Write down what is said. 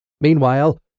Meanwhile